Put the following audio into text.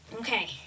Okay